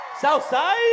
Southside